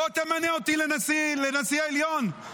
בוא תמנה אותי לנשיא העליון?